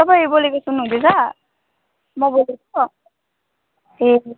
तपाईँले बोलेको सुन्नुहुँदैछ म बोलेको ए